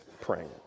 praying